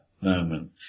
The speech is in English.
moment